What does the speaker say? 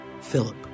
Philip